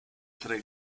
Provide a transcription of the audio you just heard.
tre